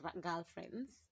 girlfriend's